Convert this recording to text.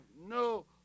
no